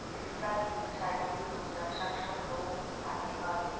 विकलांगता बीमा शारीरिक रूप से अक्षम लोग खातिर हवे